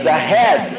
ahead